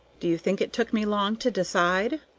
do you think it took me long to decide?